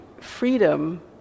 freedom